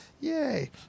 yay